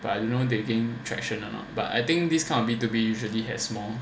but you know they gain attraction or not but I think this kind of B to B usually has more